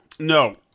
No